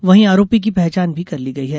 वहीं आरोपी की पहचान भी कर ली गई है